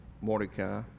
Mordecai